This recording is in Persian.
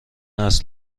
است